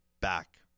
back